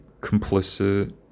complicit